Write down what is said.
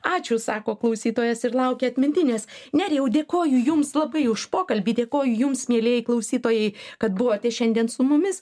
ačiū sako klausytojas ir laukia atmintinės nerijau dėkoju jums labai už pokalbį dėkoju jums mielieji klausytojai kad buvote šiandien su mumis